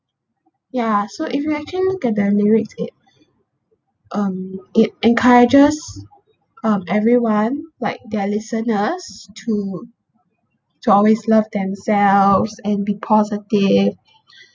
ya so if you actually look at their lyrics it um it encourages um everyone like their listeners to to always love themselves and be positive